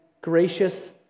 gracious